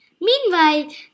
Meanwhile